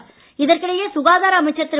தாயார் இதற்கிடையே சுகாதார அமைச்சர் திரு